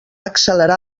accelerar